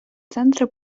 центри